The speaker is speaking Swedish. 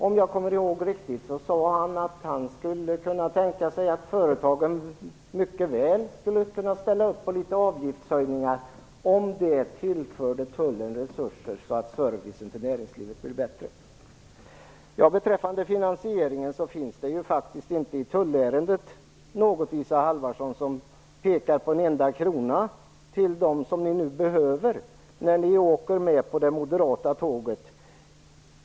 Om jag minns rätt sade han att han kunde tänka sig att företagen mycket väl skulle kunna ställa upp på en del avgiftshöjningar om det tillförde tullen resurser så att servicen till näringslivet blev bättre. Beträffande finansieringen vill jag säga att det faktiskt inte i tullärendet finns något som visar på en enda krona av dem som ni nu behöver när ni åker med på det moderata tåget.